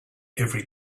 every